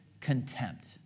contempt